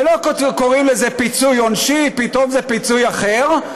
לא קוראים לזה "פיצוי עונשי", פתאום זה פיצוי אחר.